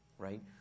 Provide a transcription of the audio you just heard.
Right